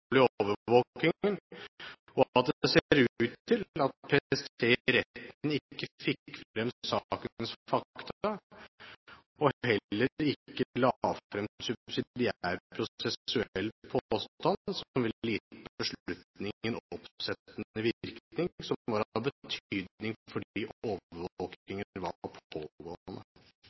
og at det ser ut til at PST i retten ikke fikk frem sakens fakta og heller ikke la frem subsidiær prosessuell påstand som ville gitt beslutningen oppsettende virkning, som var av betydning fordi overvåkingen var pågående.